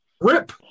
Rip